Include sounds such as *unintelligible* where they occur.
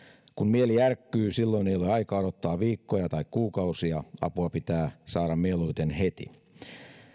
kun mieli järkkyy silloin ei ole aikaa odottaa viikkoja tai kuukausia apua pitää saada mieluiten heti *unintelligible* *unintelligible* *unintelligible* *unintelligible* *unintelligible*